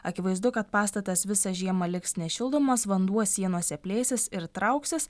akivaizdu kad pastatas visą žiemą liks nešildomas vanduo sienose plėsis ir trauksis